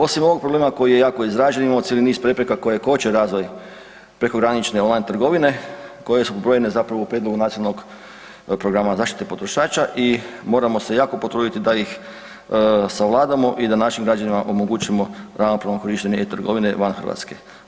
Osim ovog problema koji je jako izražen imamo cijeli niz prepreka koje koče razvoj prekogranične online trgovine koje su …/nerazumljivo/… zapravo po prijedlogu nacionalnog programa zaštite potrošača i moramo se jako potruditi da ih savladamo i da našim građanima omogućimo ravnopravno korištenje e-trgovine van Hrvatske.